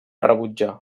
rebutjar